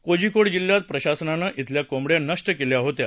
कोझीकोड जिल्ह्यात प्रशासनानं ईथल्या कोंबड्या नष्ट केल्या होत्या